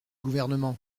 gouvernement